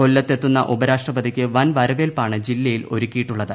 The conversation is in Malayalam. കൊല്ലത്തെത്തുന്ന ഉപരാഷ്ട്രപതിക്ക് വൻവരവേൽപ്പാണ് ജില്ലയിൽ ഒരുക്കിയിട്ടുള്ളത്